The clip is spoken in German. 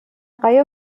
reihe